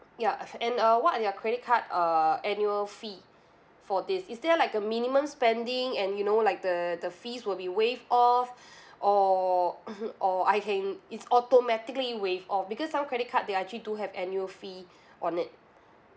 ya and uh what are your credit card uh annual fee for this is there like a minimum spending and you know like the the fees will be waived off or or I can it's automatically waived off because some credit card they actually don't have annual fee on it